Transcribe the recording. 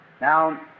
now